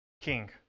king